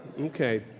Okay